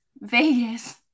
Vegas